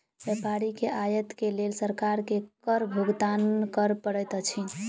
व्यापारी के आयत के लेल सरकार के कर भुगतान कर पड़ैत अछि